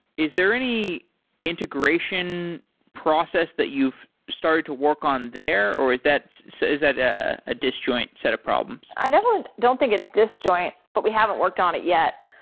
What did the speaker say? is there any integration process that you've started to work on there, or is that so is that a ah disjoint set of problems? i definitely don't think it's disjoint, but we haven't worked on it yet.